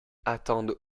attendent